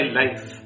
life